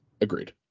Agreed